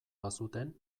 bazuten